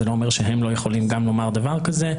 זה לא אומר שהם לא יכולים גם לומר דבר כזה.